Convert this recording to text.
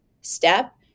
step